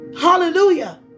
Hallelujah